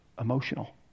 emotional